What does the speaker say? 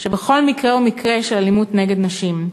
שבכל מקרה ומקרה של אלימות נגד נשים.